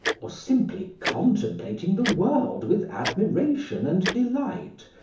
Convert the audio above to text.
or simply contemplating the world with admiration and delight,